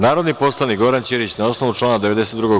Narodni poslanik Goran Ćirić, na osnovu člana 92.